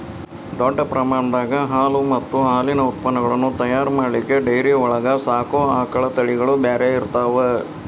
ದೊಡ್ಡ ಪ್ರಮಾಣದಾಗ ಹಾಲು ಮತ್ತ್ ಹಾಲಿನ ಉತ್ಪನಗಳನ್ನ ತಯಾರ್ ಮಾಡ್ಲಿಕ್ಕೆ ಡೈರಿ ಒಳಗ್ ಸಾಕೋ ಆಕಳ ತಳಿಗಳು ಬ್ಯಾರೆ ಇರ್ತಾವ